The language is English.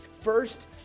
First